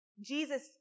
Jesus